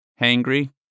hangry